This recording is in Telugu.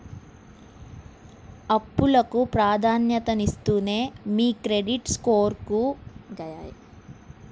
అప్పులకు ప్రాధాన్యతనిస్తూనే మీ క్రెడిట్ స్కోర్ను పెంచుకోడం డెట్ డైట్ షోలో చూపిత్తారు